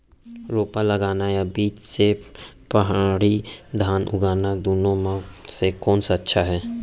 रोपा लगाना या बीज से पड़ही धान उगाना दुनो म से कोन अच्छा हे?